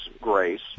grace